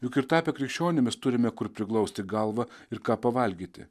juk ir tapę krikščionimis turime kur priglausti galvą ir ką pavalgyti